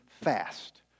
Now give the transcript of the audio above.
fast